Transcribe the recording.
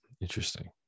Interesting